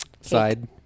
Side